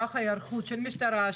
ככה ההיערכות של המשטרה,